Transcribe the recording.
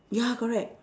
ya correct